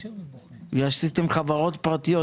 עשיתם חברות פרטיות,